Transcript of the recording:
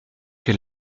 que